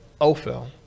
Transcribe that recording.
Ophel